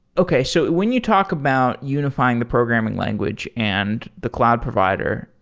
okay. so when you talk about unifying the programming language and the cloud provider,